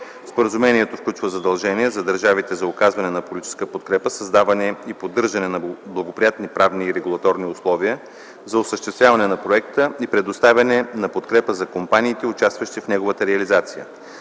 Споразумението включва задължение за държавите за оказване на политическа подкрепа, създаване и поддържане на благоприятни правни и регулаторни условия за осъществяване на проекта и предоставяне на подкрепа за компаниите, участващи в неговата реализация.